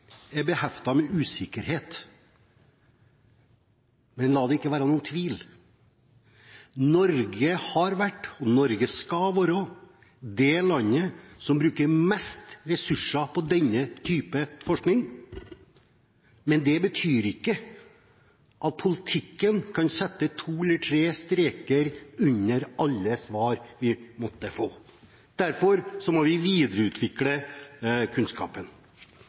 med usikkerhet. Og la det ikke være noen tvil: Norge har vært og Norge skal være det landet som bruker mest ressurser på denne type forskning, men det betyr ikke at politikken kan sette to eller tre streker under alle svar vi måtte få. Derfor må vi videreutvikle kunnskapen.